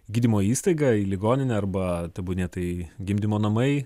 gydymo įstaigą į ligoninę arba tebūnie tai gimdymo namai